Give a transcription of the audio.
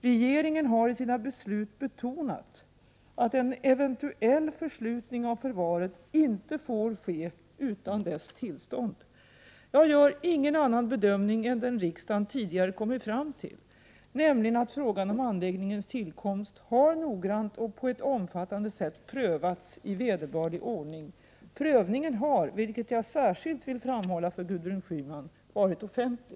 Regeringen har i sina beslut betonat att en eventuell förslutning av förvaret inte får ske utan regeringens tillstånd. Jag gör ingen annan bedömning än den riksdagen tidigare kommit fram till, nämligen att frågan om anläggningens tillkomst har noggrant och på ett omfattande sätt prövats i vederbörlig ordning. Prövningen har — vilket jag särskilt vill framhålla för Gudrun Schyman — varit offentlig.